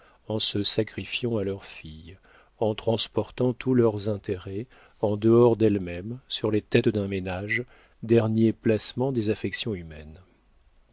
en se sacrifiant à leurs filles en transportant tous leurs intérêts en dehors d'elles-mêmes sur les têtes d'un ménage dernier placement des affections humaines